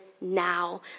now